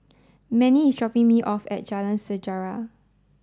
Mannie is dropping me off at Jalan Sejarah